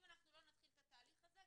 אם אנחנו לא נתחיל את התהליך הזה,